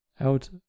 out